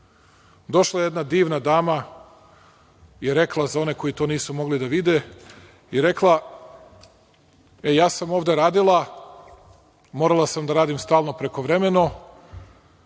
Došla je jedna divna dama i rekla, za one koji to nisu mogli da vide, rekla je – E, ja sam ovde radila, morala sam da radim stalno prekovremeno